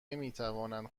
نمیتوانند